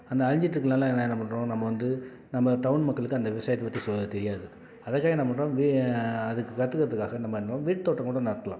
அந்த அழிஞ்சிட்டுருக்கனால எல்லாம் என்ன பண்ணுறோம் நம்ம வந்து நம்ம டவுன் மக்களுக்கு அந்த விவசாயத்தை பற்றி சொல்ல தெரியாது அதை செய்ய என்ன பண்ணுறோம் வி அதுக்கு கற்றுக்கறதுக்காக நம்ம என்ன பண்ணுறோம் வீட்டு தோட்டம் கூட நடலாம்